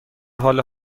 حال